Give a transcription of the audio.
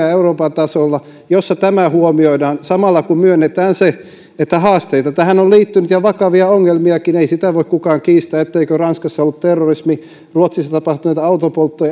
ja euroopan tasolla sellaisia ratkaisuja joissa tämä huomioidaan samalla kun myönnetään se että haasteita tähän on liittynyt ja vakavia ongelmiakin ei sitä voi kukaan kiistää etteivätkö ranskassa ollut terrorismi ruotsissa tapahtuneet autopoltot